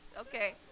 Okay